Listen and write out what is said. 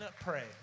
pray